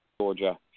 Georgia